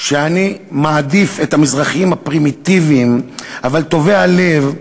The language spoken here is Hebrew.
שאני מעדיף את המזרחים הפרימיטיביים אבל טובי הלב,